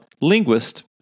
linguist